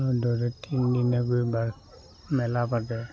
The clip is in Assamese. ধৰে তিনি দিনা গৈ বা মেলা পাতে